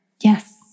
Yes